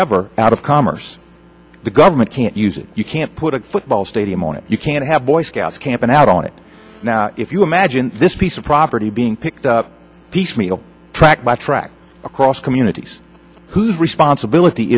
ever out of commerce the government can't use it you can't put a football stadium on it you can't have a boy scout camp out on it now if you imagine this piece of property being picked up piecemeal track by track across communities whose responsibility